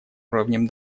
уровнем